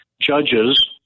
judges